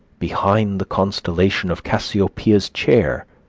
behind the constellation of cassiopeia's chair,